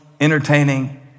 entertaining